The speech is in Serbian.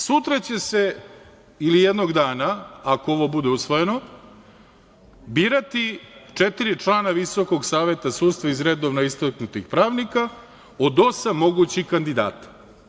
Znači, sutra će se ili jednog dana, ako ovo bude usvojeno, birati četiri člana Visokog saveta sudstva iz redova istaknutih pravnika od osam mogućih kandidata.